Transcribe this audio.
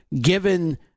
given